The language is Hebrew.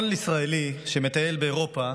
כל ישראלי שמטייל באירופה